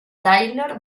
taylor